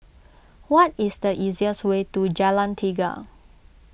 what is the easiest way to Jalan Tiga